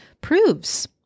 proves